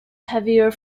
heavier